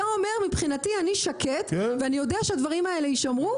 אתה אומר "מבחינתי אני שקט ואני יודע שהדברים האלה יישמרו"?